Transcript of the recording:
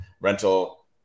rental